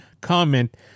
comment